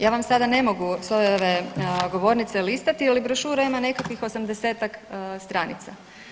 Ja vam sada ne mogu s ove govornice listati je li brošura ima nekakvih 80-tak stranica.